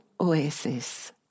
oasis